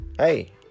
hey